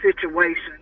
situation